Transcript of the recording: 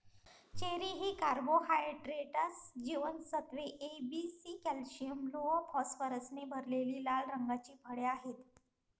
cherry ही carbohydrates, जीवनसत्त्वे A, B, C, calcium, लोह, फॉस्फरसने भरलेली लाल रंगाची फळे आहेत